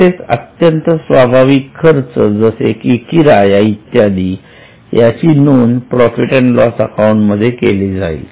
तसेच अत्यंत स्वाभाविक खर्च जसे की किराया इत्यादी यांची नोंदणी प्रॉफिट अँड लॉस अकाउंट मध्ये केली जाईल